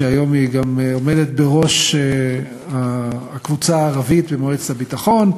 שהיום גם עומדת בראש הקבוצה הערבית במועצת הביטחון,